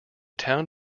town